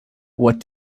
what